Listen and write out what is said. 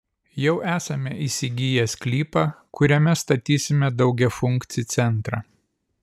jau esame įsigiję sklypą kuriame statysime daugiafunkcį centrą